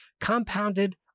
compounded